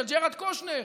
של ג'ארד קושנר,